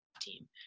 team